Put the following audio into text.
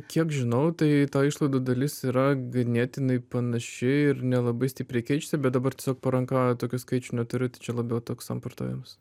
kiek žinau tai ta išlaidų dalis yra ganėtinai panaši ir nelabai stipriai keičiasi bet dabar tiesiog po ranka tokių skaičių neturiu tai čia labiau toks samprotavimas